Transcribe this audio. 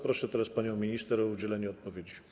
Proszę teraz panią minister o udzielenie odpowiedzi.